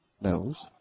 knows